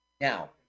now